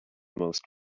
most